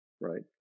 Right